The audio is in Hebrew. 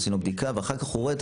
עושים לו בדיקה ואחר כך הוא רואה את